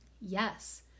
Yes